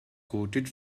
quoted